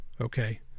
okay